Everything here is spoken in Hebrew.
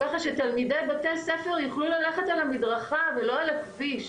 ככה שתלמידי בתי הספר יוכלו ללכת על המדרכה ולא על הכביש,